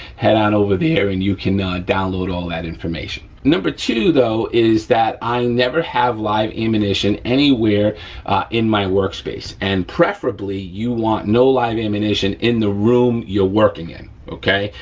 head on over there and you can download all that information. number two, though, is that i never have live ammunition anywhere in my workspace, and preferably you want no live ammunition in the room you're working in, okay?